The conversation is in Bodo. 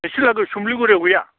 नोंसोर लागो सुमलि गुरियाव गैया